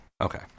Okay